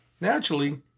Naturally